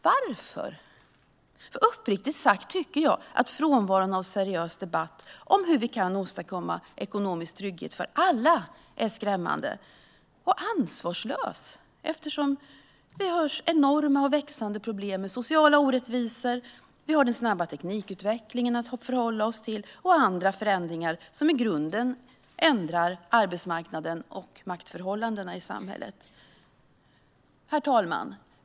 Varför? Uppriktigt sagt tycker jag att frånvaron av seriös debatt om hur vi kan åstadkomma ekonomisk trygghet för alla är skrämmande och ansvarslös. Man hör om enorma och växande problem med sociala orättvisor. Det sker en snabb teknikutveckling som vi måste förhålla oss till. Det handlar också om andra förändringar som i grunden ändrar arbetsmarknaden och maktförhållandena i samhället. Herr talman!